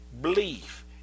belief